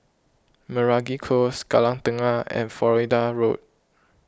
Meragi Close Kallang Tengah and Florida Road